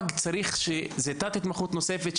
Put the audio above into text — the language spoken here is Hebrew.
זאת תת-התמחות נוספות,